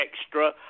extra